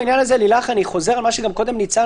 בעניין הזה אני חוזר על מה שאמרה ניצן,